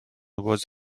was